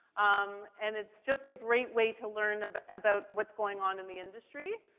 um, and it's just a great way to learn ab about what's going on in the industry.